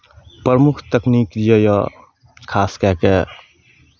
प्रमुख तकनीक जे यए खास कए कऽ